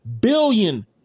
billion